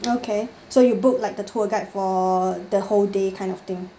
okay so you book like the tour guide for the whole day kind of thing